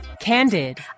Candid